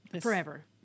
forever